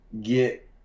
get